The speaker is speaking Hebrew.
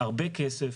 הרבה כסף,